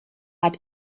had